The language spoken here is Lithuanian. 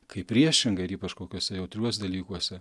kai priešingai ir ypač kokiose jautriuos dalykuose